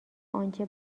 آنچه